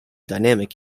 dynamic